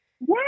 Yes